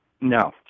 No